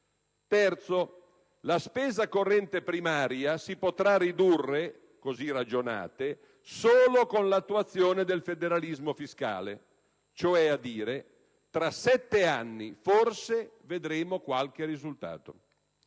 terzo, la spesa corrente primaria si potrà ridurre - così ragionate solo - sottolineo: solo - con l'attuazione del federalismo fiscale (cioè a dire: tra sette anni, forse, vedremo qualche risultato);